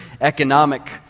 economic